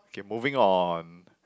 okay moving on